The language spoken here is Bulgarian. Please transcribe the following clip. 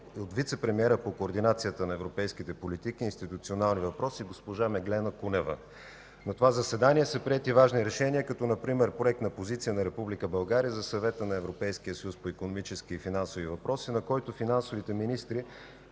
от вицепремиера по координация на европейските политики и институционалните въпроси госпожа Меглена Кунева. На това заседание са приети важни решения, като например Проектна позиция на Република България за Съвета на Европейския съюз по икономически и финансови въпроси, на който финансовите министри